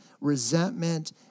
resentment